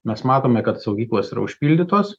mes matome kad saugyklos yra užpildytos